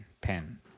Pen